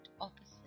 opposite